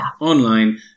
online